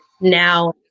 now